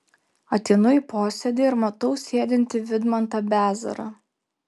ateinu į posėdį ir matau sėdintį vidmantą bezarą